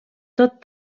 tot